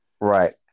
right